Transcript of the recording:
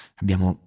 abbiamo